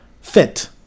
fit